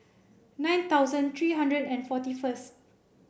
nine thousand three hundred and forty first